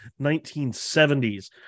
1970s